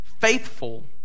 faithful